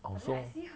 I also